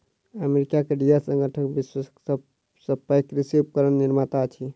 America के Deere संगठन विश्वक सभ सॅ पैघ कृषि उपकरण निर्माता अछि